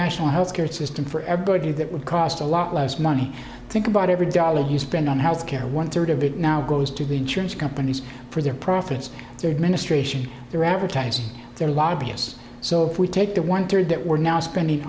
national health care system for everybody that would cost a lot less money think about every dollar you spend on health care one third of it now goes to the insurance companies for their profits their ministration their advertising their lobbyists so if we take the one third that we're now spending